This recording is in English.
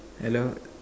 hello